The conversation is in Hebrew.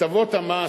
הטבות המס,